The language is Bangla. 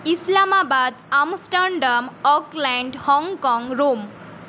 Islamabad Amsterdam Auckland Hong Kong Rome